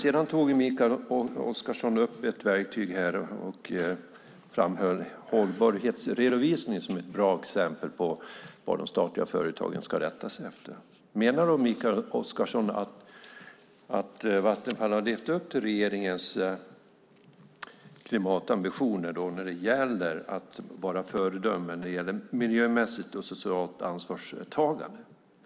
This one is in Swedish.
Sedan tog Mikael Oscarsson upp ett verktyg här och framhöll hållbarhetsredovisningen som ett bra exempel på vad de statliga företagen ska rätta sig efter. Menar Mikael Oscarsson att Vattenfall har levt upp till regeringens klimatambitioner att vara ett föredöme när det gäller miljömässigt och socialt ansvarstagande?